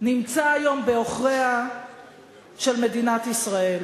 הוא היום בעוכריה של מדינת ישראל,